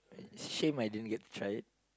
shame I didn't get to try it